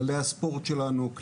כללי הספורט שלנו,